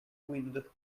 wind